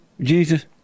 Jesus